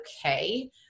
okay